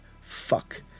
Fuck